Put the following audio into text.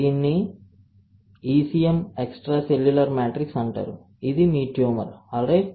దీనిని ECM extracellular matrix అంటారు ఇది మీ ట్యూమర్ ఆల్రైట్